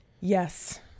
Yes